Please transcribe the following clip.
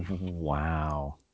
Wow